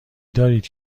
دارید